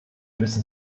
müssen